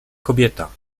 kobieta